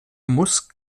muss